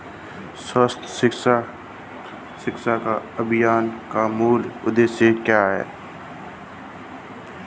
सर्व शिक्षा अभियान का मूल उद्देश्य क्या है?